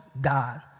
God